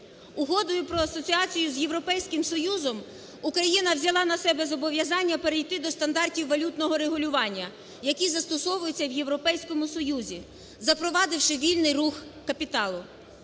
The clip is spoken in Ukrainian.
Угодою про асоціацію з Європейським Союзом Україна взяла на себе зобов'язання перейти до стандартів валютного регулювання, які застосовуються в Європейському Союзі, запровадивши вільний рух капіталу.